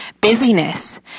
busyness